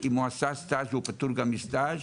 אם הוא עשה סטאז', הוא פטור גם מסטאז'.